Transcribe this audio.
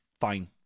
Fine